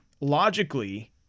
Logically